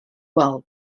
wal